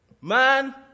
man